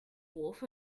warmth